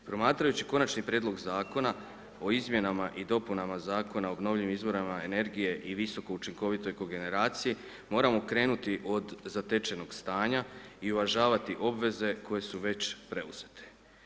Promatrajući konačni prijedlog Zakona o izmjenama i dopunama Zakona o obnovljivim izboranima energije i visokoučinkovitoj kogerenraciji, moramo krenuti od zatečenog stanja i uvažavati obveze koje su već preuzete.